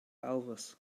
elvis